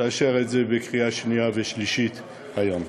לאשר את זה בקריאה שנייה ושלישית היום.